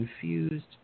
confused